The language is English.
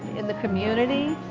in the community,